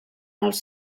els